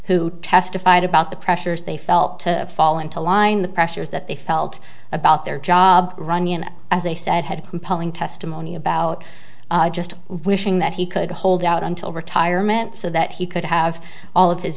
who testified about the pressures they felt to fall into line the pressures that they felt about their job runyan as they said had compelling testimony about just wishing that he could hold out until retirement so that he could have all of his